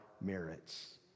merits